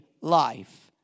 life